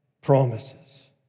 promises